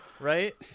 Right